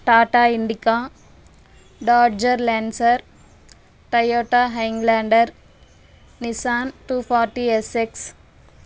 Tata Indica Charger Lancer Toyota Highlander Nissan two forty SX